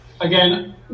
again